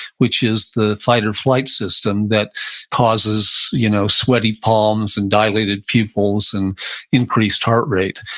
which is the fight or flight system that causes you know sweaty palms and dilated pupils and increased heart rate.